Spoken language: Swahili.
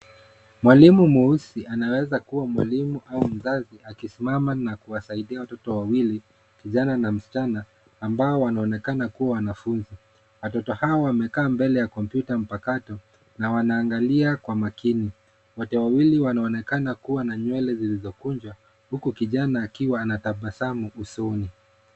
Mwalimu mweusi anaweza kuwa mwalimu au mzazi akisimama na kuwasaidia watoto wawili, kijana na msichana, ambao wanaokena kuwa wanafunzi. Watoto hawa wamekaa mbele ya kompyuta mpakato na wanaangalia kwa makini. Wote wawili wanaonekana kuwa na nywele zilizokunjwa huku kijana akiwa anatabasamu usoni.